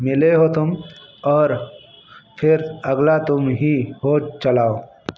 मिले हो तुम और फिर अगला तुम ही हो चलाओ